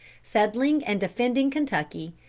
settling and defending kentucky,